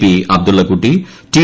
P Abdullakutty T